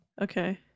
Okay